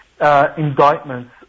indictments